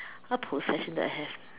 what possession that I have